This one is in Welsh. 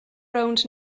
rownd